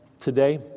Today